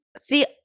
see